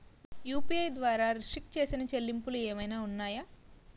UPI ద్వారా restrict చేసిన చెల్లింపులు ఏమైనా ఉన్నాయా?